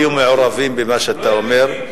לא היו מעורבים במה שאתה אומר,